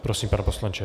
Prosím, pane poslanče.